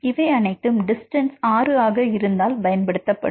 இவை அனைத்தும் டிஸ்டன்ஸ் ஆறு ஆக இருந்தால் பயன்படுத்தப்படும்